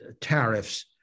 tariffs